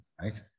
right